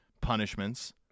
punishments